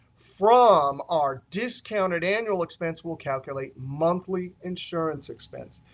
from our discounted annual expense, we'll calculate monthly insurance expense.